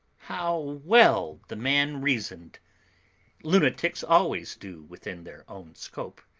how well the man reasoned lunatics always do within their own scope.